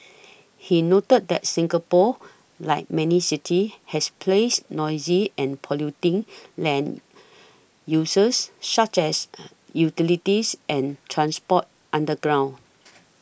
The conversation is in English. he noted that Singapore like many cities has placed noisy and polluting land uses such as utilities and transport underground